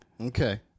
Okay